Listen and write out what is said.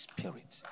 Spirit